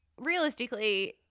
realistically –